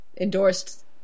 endorsed